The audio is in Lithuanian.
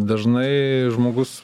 dažnai žmogus